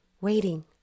waiting